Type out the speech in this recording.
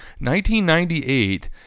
1998